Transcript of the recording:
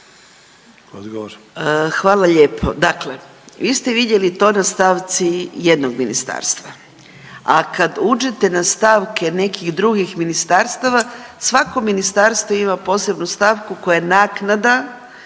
Hvala lijepo. Dakle vi ste vidjeli to na stavci jednog ministarstva, a kad uđete na stavke nekih drugih ministarstava svako ministarstvo ima posebnu stavku koja je naknada